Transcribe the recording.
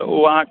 तऽ ओ अहाँ